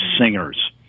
singers